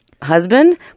husband